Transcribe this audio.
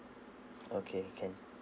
okay can